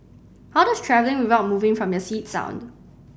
how does travelling without moving from your seat sound